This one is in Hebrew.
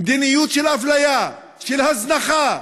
מדיניות של אפליה, של הזנחה,